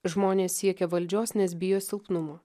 žmonės siekia valdžios nes bijo silpnumo